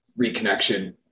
reconnection